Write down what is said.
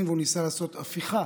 והוא ניסה לעשות הפיכה